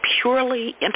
purely